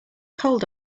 cold